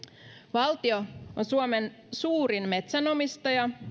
valtio on suomen suurin metsänomistaja